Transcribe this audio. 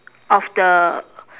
of the